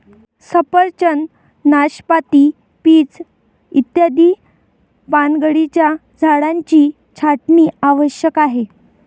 सफरचंद, नाशपाती, पीच इत्यादी पानगळीच्या झाडांची छाटणी आवश्यक आहे